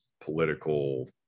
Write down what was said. political